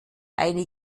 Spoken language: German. eine